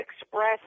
express